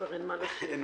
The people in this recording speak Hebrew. אין מה לשיר...